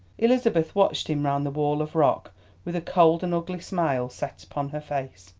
elizabeth watched him round the wall of rock with a cold and ugly smile set upon her face.